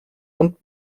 und